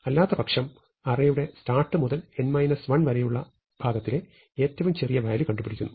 അല്ലാത്തപക്ഷം അറേയുടെ start മുതൽ n 1 വരെയുള്ള ഭാഗത്തിലെ ഏറ്റവും ചെറിയ വാല്യൂ കണ്ടുപിടിക്കുന്നു